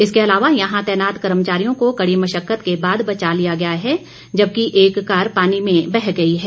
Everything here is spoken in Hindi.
इसके अलावा यहां तैनात कर्मचारियों को कड़ी मशक्कत के बाद बचा लिया गया है जबकि एक कार पानी में बह गई है